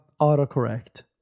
autocorrect